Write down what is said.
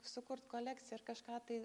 sukurt kolekciją ar kažką tai